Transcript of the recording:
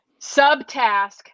Subtask